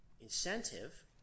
incentive